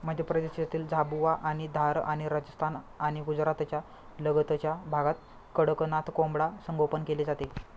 मध्य प्रदेशातील झाबुआ आणि धार आणि राजस्थान आणि गुजरातच्या लगतच्या भागात कडकनाथ कोंबडा संगोपन केले जाते